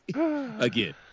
Again